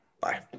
Bye